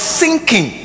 sinking